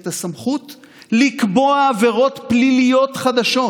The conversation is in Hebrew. את הסמכות לקבוע עבירות פליליות חדשות